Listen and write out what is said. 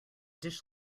dish